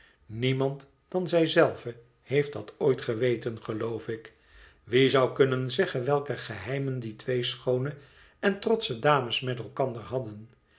niemand dan zij zelve heeft dat ooit geweten geloof ik wie zou kunnen zeggen welke geheimen die twee schoone en trotsche dames met elkander hadden